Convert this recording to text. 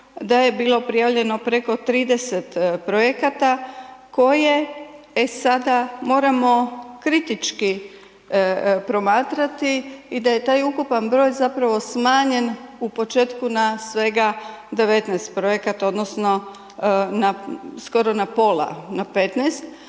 da je bilo prijavljeno preko 30 projekata koje e sada moramo kritički promatrati i da je taj ukupan broj zapravo smanjen u početku na svega 19 projekata odnosno skoro na pola na 15.